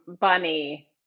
Bunny